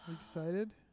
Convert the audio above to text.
Excited